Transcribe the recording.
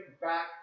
back